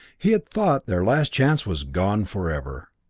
he had thought their last chance was gone forever.